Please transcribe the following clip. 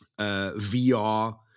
VR